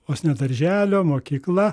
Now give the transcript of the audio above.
vos ne darželio mokykla